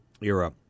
era